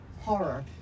horror